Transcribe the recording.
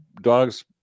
dogs